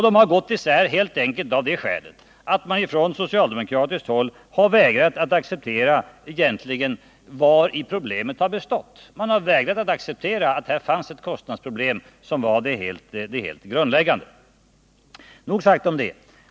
De har gått isär helt enkelt av det skälet att man från socialdemokratiskt håll har vägrat att acceptera vari problemet har bestått. Man har vägrat att acceptera att här fanns ett kostnadsproblem som var det helt grundläggande. Nog sagt om det.